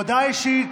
הודעה אישית,